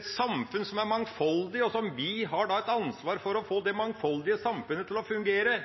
et samfunn som er mangfoldig, vi har et ansvar for å få det mangfoldige samfunnet til å fungere,